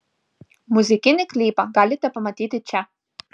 muzikinį klipą galite pamatyti čia